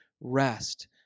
rest